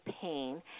pain